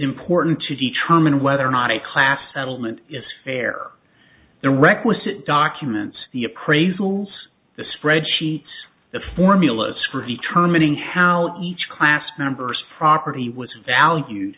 important to determine whether or not a class settlement is fair the requisite documents the appraisals the spreadsheets the formulas for determining how each class numbers property was value